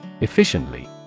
Efficiently